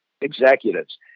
executives